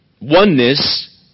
Oneness